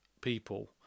people